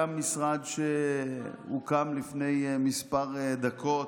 גם משרד שהוקם לפני כמה דקות,